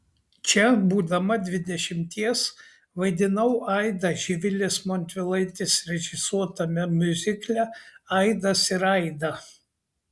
čia būdama dvidešimties vaidinau aidą živilės montvilaitės režisuotame miuzikle aidas ir aida